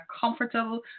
comfortable